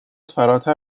فراتر